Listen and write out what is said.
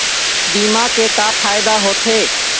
बीमा के का फायदा होते?